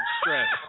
stress